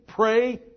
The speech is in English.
pray